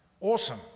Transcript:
awesome